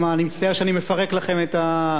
אני מצטער שאני מפרק לכם את הטריאומווירט,